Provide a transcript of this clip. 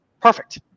Perfect